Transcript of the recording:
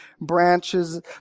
branches